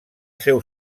seu